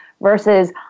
Versus